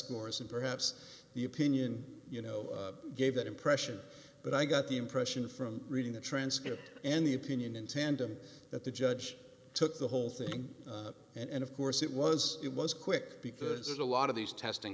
scores and perhaps the opinion you know gave that impression but i got the impression from reading the transcript and the opinion in tandem that the judge took the whole thing and of course it was it was quick because there's a lot of these testing